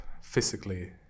physically